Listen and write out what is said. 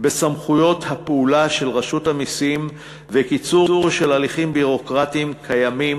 בסמכויות הפעולה של רשות המסים וקיצור של הליכים ביורוקרטיים קיימים,